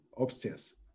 upstairs